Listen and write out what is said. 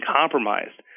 compromised